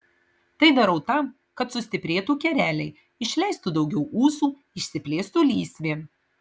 tai darau tam kad sustiprėtų kereliai išleistų daugiau ūsų išsiplėstų lysvė